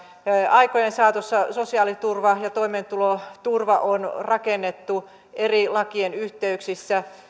aikojen saatossa sosiaaliturva ja toimeentuloturva on rakennettu eri lakien yhteyksissä